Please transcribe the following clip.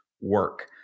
work